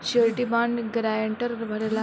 surety bond guarantor भरेला